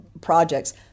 projects